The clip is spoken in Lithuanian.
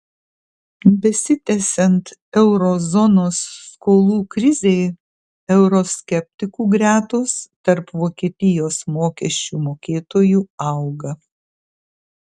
besitęsiant euro zonos skolų krizei euroskeptikų gretos tarp vokietijos mokesčių mokėtojų auga